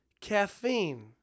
Caffeine